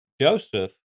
Joseph